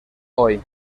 hoy